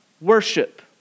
worship